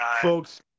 Folks